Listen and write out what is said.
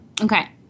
Okay